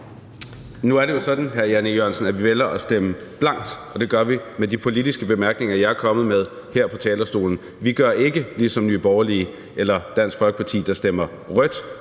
E. Jørgensen, at vi vælger at stemme blankt, og det gør vi med de politiske bemærkninger, jeg er kommet med her på talerstolen. Vi gør ikke ligesom Nye Borgerlige eller Dansk Folkeparti, der stemmer rødt,